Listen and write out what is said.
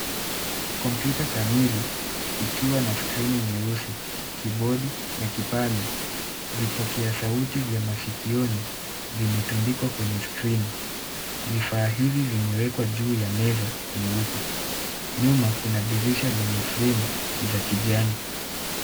Kompyuta kamili ikiwa na screen (cs) nyeusi ,kibodi na kipanya, vipokea sauti vya masikioni vimetundikwa kwenye screen (cs),vifaa hivi vimewekwa juu ya meza nyeupe, nyuma Kuna flemu za kijani .